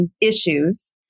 issues